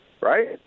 right